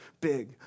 big